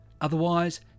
Otherwise